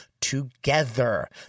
together